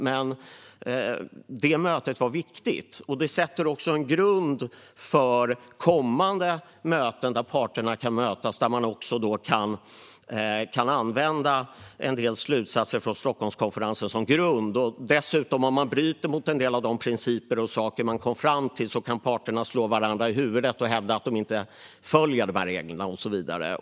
Men mötet var viktigt, och det lägger också en grund för kommande möten där man kan använda en del slutsatser från Stockholmskonferensen. Om parterna bryter mot en del av de principer och annat som man kom fram till kan de dessutom slå varandra i huvudet och hävda att de inte följer reglerna och så vidare.